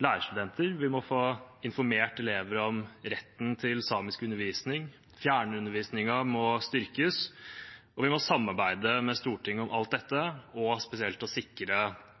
lærerstudenter. Vi må få informert elever om retten til samisk undervisning. Fjernundervisningen må styrkes. Og vi må samarbeide med Stortinget om alt dette, og spesielt om å sikre